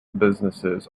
businesses